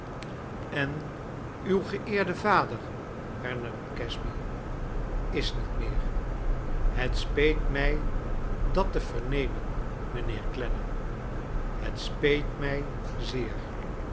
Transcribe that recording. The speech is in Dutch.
en uw geeerde vader hernam casby i s niet meer het speet mij dat te verncmen mijnheer clennam fl et speet mij zeer